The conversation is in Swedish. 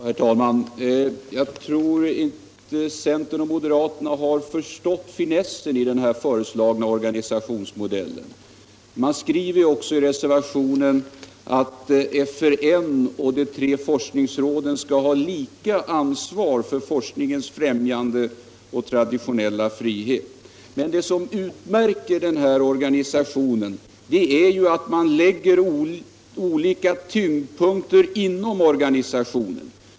Herr talman! Jag tror inte att centern och moderaterna har förstått finessen i den föreslagna organisationsmodellen. Man skriver också i reservationen att FRN och de tre forskningsråden skall ha ”lika ansvar för forskningens främjande och traditionella frihet”. Men det som utmärker den här organisationen är ju att man lägger olika tyngdpunkter inom organisationen.